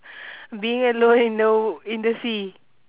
being alone in the in the sea